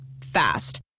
Fast